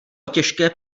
těžké